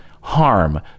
harm